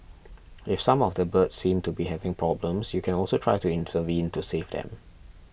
if some of the birds seem to be having problems you can also try to intervene to save them